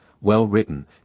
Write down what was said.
well-written